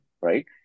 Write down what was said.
Right